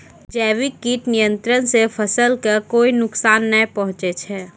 जैविक कीट नियंत्रण सॅ फसल कॅ कोय नुकसान नाय पहुँचै छै